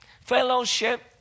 fellowship